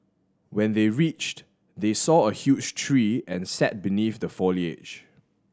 when they reached they saw a huge tree and sat beneath the foliage